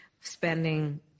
spending